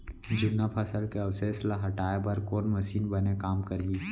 जुन्ना फसल के अवशेष ला हटाए बर कोन मशीन बने काम करही?